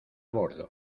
bordo